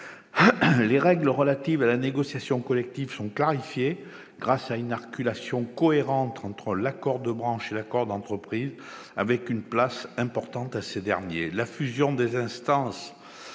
Les règles relatives à la négociation collective sont clarifiées grâce à une articulation cohérente entre accords de branche et accords d'entreprise, une place importante étant donnée